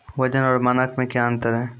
वजन और मानक मे क्या अंतर हैं?